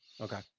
okay